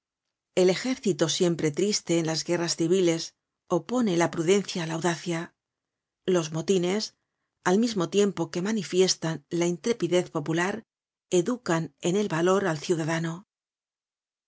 el ejército siempre triste en las guerras civiles opone la prudencia á la audacia los motines al mismo tiempo que manifiestan la intrepidez popular educa en el valor al ciudadano